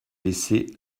laissé